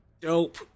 Dope